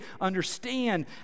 understand